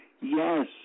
Yes